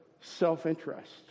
self-interest